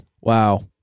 Wow